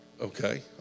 Okay